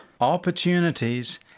opportunities